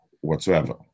whatsoever